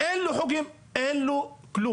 אין לו חוגים, אין לו כלום.